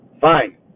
Fine